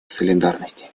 солидарности